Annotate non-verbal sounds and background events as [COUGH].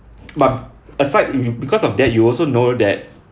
[NOISE] but aside if you because of that you also know that